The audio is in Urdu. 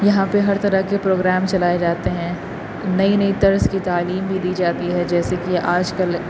یہاں پہ ہر طرح کے پروگرام چلائے جاتے ہیں نئی نئی طرز کی تعلیم بھی دی جاتی ہے جیسے کہ آج کل